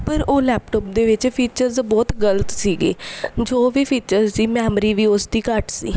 ਪਰ ਉਹ ਲੈਪਟੋਪ ਦੇ ਵਿੱਚ ਫੀਚਰਸ ਬਹੁਤ ਗਲਤ ਸੀਗੇ ਜੋ ਵੀ ਫੀਚਰ ਸੀ ਮੈਮਰੀ ਵੀ ਉਸ ਦੀ ਘੱਟ ਸੀ